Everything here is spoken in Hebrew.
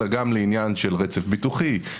אלא גם לעניין של רצף ביטוחי,